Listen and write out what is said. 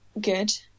Good